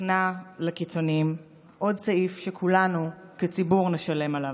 נכנע לקיצונים, עוד סעיף שכולנו כציבור נשלם עליו.